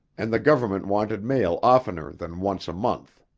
and the government wanted mail oftener then once a month.